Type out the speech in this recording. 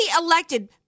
elected